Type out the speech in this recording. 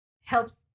Helps